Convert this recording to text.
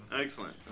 Excellent